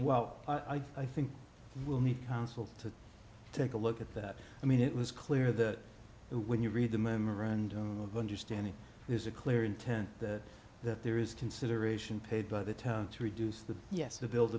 well i think we'll need councils to take a look at that i mean it was clear that when you read the memorandum of understanding there's a clear intent that there is consideration paid by the town to reduce the yes the build